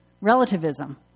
relativism